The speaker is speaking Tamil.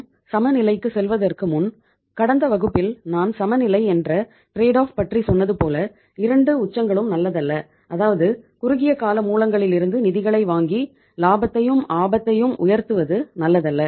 நாம் சமநிலைக்கு செல்வதற்கு முன் கடந்த வகுப்பில் நான் சமநிலை என்ற ட்ரேட்டு ஆப் பற்றி சொன்னது போல இரண்டு உச்சங்களும் நல்லதல்ல அதாவது குறுகிய கால மூலங்களிலிருந்து நிதிகளை வாங்கி லாபத்தையும் ஆபத்தையும் உயர்த்துவது நல்லதல்ல